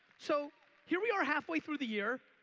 so here we are halfway through the year,